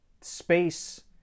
space